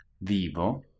Vivo